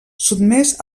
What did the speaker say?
sotmès